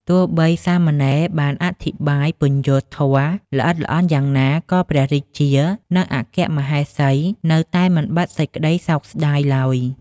ទោះបីសាមណេរ បានអធិប្បាយពន្យល់ធម៌ល្អិតល្អន់យ៉ាងណាក៏ព្រះរាជា និងអគ្គមហេសី នៅតែមិនបាត់សេចក្ដីសោកស្ដាយឡើយ ។